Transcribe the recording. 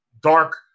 dark